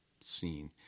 scene